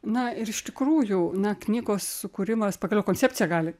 na ir iš tikrųjų na knygos sukūrimas pagaliau koncepcija gali